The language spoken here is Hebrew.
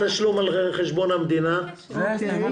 ובלבד שהמדובר ביום שבגינו ניתן היה לשלם דמי